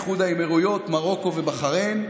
איחוד האמירויות ובחריין.